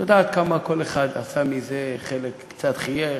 את יודעת כמה כל אחד עשה מזה, חלק קצת חייך,